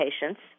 patients